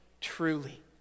truly